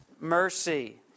mercy